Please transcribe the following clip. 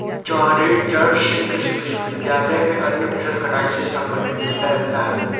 चौधरी चरण सिंह कृषि विश्वविद्यालय में अन्य फसल कटाई से संबंधित मेला लगता है